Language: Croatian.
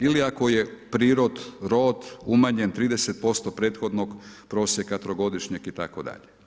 Ili ako je prirod, rod umanjen 30% prethodnog prosjeka trogodišnjeg itd.